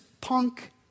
punk